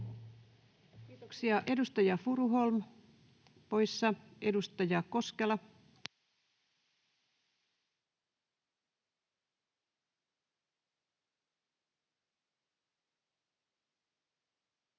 Kiitoksia. — Edustaja Furuholm, poissa. — Edustaja Koskela.